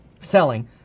selling